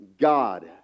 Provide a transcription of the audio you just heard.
God